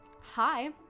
hi